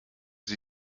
sie